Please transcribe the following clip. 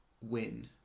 win